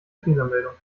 fehlermeldung